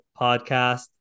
podcast